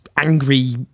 angry